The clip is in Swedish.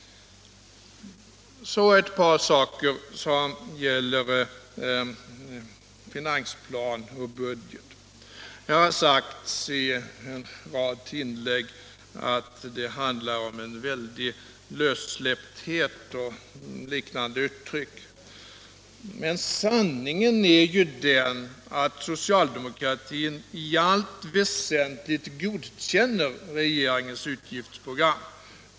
Så ett par saker som gäller finansplan och budget. Här har sagts i en rad inlägg att det handlar om en väldig lössläppthet och liknande uttryck. Men sanningen är att socialdemokratin i allt väsentligt godkänner regeringens utgiftsprogram.